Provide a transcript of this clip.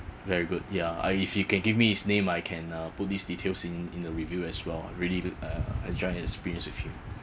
very good yeah I if you can give me his name I can uh put these details in in the review as well I really uh enjoy experience with him